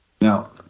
Now